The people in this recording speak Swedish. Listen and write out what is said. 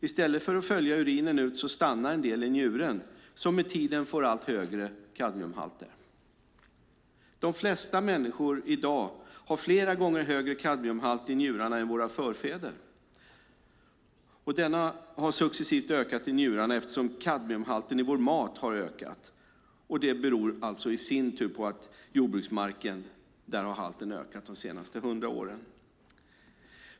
I stället för att följa urinen ut stannar en del i njuren, som med tiden får allt högre kadmiumhalter. De flesta människor i dag har flera gånger högre kadmiumhalt i njurarna än våra förfäder. Halten har successivt ökat i njurarna eftersom kadmiumhalten i vår mat har ökat. Detta beror alltså i sin tur på att halten i jordbruksmarken har ökat de senaste 100 åren.